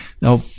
now